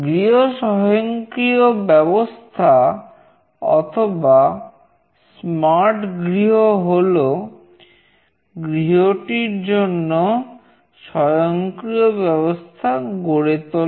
গৃহ স্বয়ংক্রিয় ব্যবস্থা অথবা স্মার্ট গৃহ হল গৃহটির জন্য স্বয়ংক্রিয় ব্যবস্থা গড়ে তোলা